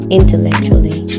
intellectually